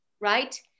Right